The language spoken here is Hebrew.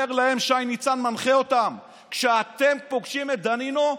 אומר להם שי ניצן ומנחה אותם: כשאתם פוגשים את דנינו,